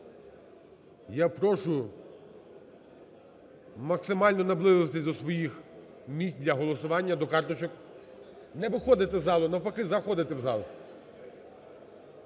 Я прошу максимально наблизитись до своїх місць для голосування, до карточок. Не виходити з залу, навпаки заходити в зал.